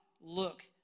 look